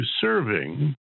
serving